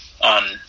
on